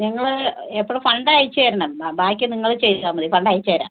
ഞങ്ങള് എപ്പഴ് ഫണ്ട് അയച്ച് തരണം ബാക്കി നിങ്ങള് ചെയ്താൽ മതി ഫണ്ട് അയച്ച് തരാം